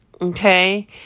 Okay